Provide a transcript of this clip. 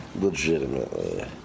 legitimately